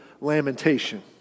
lamentation